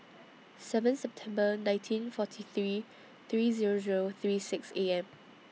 seven September nineteen forty three three Zero Zero thirty six